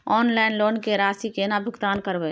Online loan के राशि केना भुगतान करबे?